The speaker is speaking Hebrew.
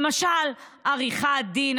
למשל עריכת דין.